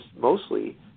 mostly